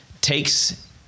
takes